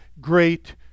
great